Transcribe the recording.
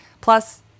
Plus